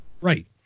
Right